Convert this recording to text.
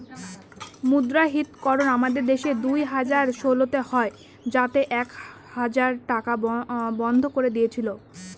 মুদ্রাহিতকরণ আমাদের দেশে দুই হাজার ষোলোতে হয় যাতে এক হাজার টাকা বন্ধ করে দিয়েছিল